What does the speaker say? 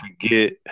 forget